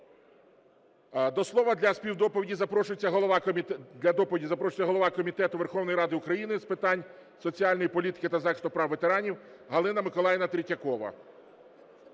голова… для доповіді запрошується голова Комітету Верховної Ради України з питань соціальної політики та захисту прав ветеранів Галина Миколаївна Третьякова.